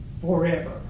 forever